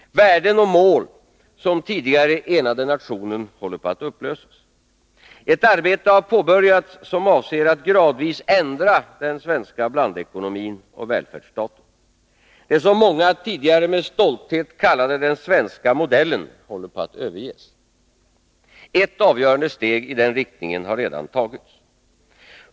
Värden och mål som tidigare enade nationen håller på att upplösas. Ett arbete har påbörjats som avser att gradvis ändra den svenska blandekonomin och välfärdsstaten. Det som många tidigare med stolthet kallade den svenska modellen håller på att överges. Ett avgörande steg i denna riktning har redan tagits.